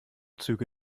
züge